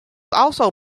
also